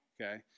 Okay